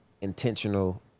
intentional